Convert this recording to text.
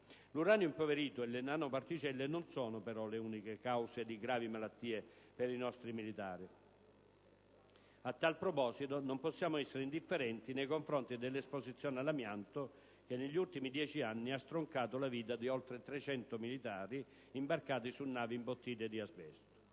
L'uranio impoverito e le nanoparticelle non sono, però, le uniche cause di gravi malattie per i nostri militari. A tal proposito, non possiamo essere indifferenti nei confronti dell'esposizione all'amianto che, negli ultimi dieci anni, ha stroncato la vita di oltre 300 militari imbarcati su navi imbottite di asbesto.